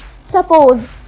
suppose